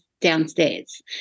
downstairs